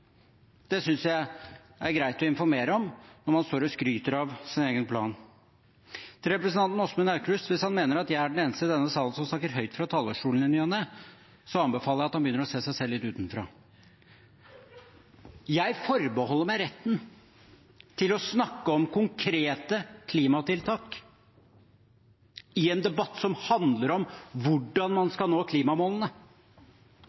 Det synes jeg det er greit å informere om når man står og skryter av sin egen plan. Til representanten Åsmund Aukrust: Hvis han mener at jeg er den eneste i denne salen som snakker høyt fra talerstolen i ny og ne, anbefaler jeg at han begynner å se seg selv litt utenfra. Jeg forbeholder meg retten til å snakke om konkrete klimatiltak i en debatt som handler om hvordan man